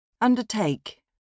Undertake